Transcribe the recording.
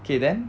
K then